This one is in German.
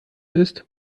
ist